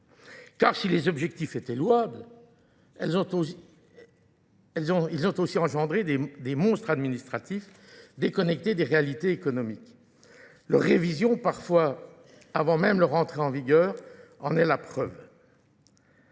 Car si les objectifs étaient louables, ils ont aussi engendré des monstres administratifs déconnectés des réalités économiques. Leur révision, parfois avant même leur entrée en vigueur, en est la preuve.